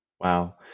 Wow